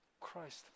Christ